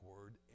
word